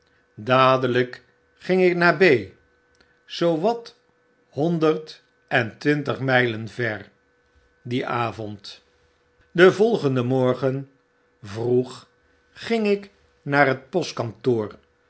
dadelyk ging ik naar b zoo wat honderd en twintig mylen ver dien avond den volgenden morgen vroeg ging ik naar het